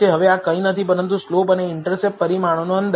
હવે આ કંઈ નથી પરંતુ સ્લોપ અને ઇન્ટરસેપ્ટ પરિમાણનો અંદાજ